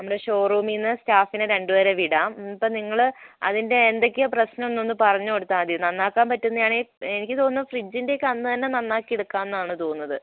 നമ്മുടെ ഷോറൂമിൽ നിന്ന് സ്റ്റാഫിനെ രണ്ടു പേരെ വിടാം ഇപ്പം നിങ്ങൾ അതിൻ്റെ എന്തൊക്കെയാണ് പ്രശ്നം എന്നൊന്ന് പറഞ്ഞു കൊടുത്താൽ മതി നന്നാക്കാൻ പറ്റുന്നതാണെങ്കിൽ എനിക്ക് തോന്നുന്നു ഫ്രിഡ്ജിൻ്റെയൊക്കെ അന്ന് തന്നെ നന്നാക്കി എടുക്കാം എന്നാണ് തോന്നുന്നത്